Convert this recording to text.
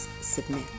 submit